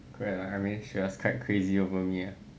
correct lah I mean she was quite crazy over me lah